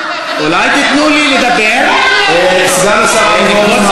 אדוני סגן השר, עוד הפעם